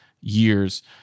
years